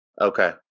Okay